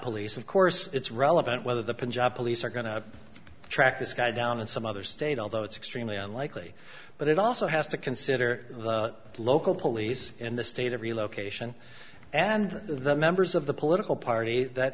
police of course it's relevant whether the punjab police are going to track this guy down in some other state although it's extremely unlikely but it also has to consider the local police in the state of relocation and the members of the political party that